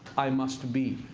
i must be.